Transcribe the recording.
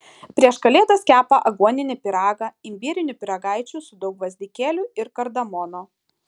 prieš kalėdas kepa aguoninį pyragą imbierinių pyragaičių su daug gvazdikėlių ir kardamono